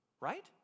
right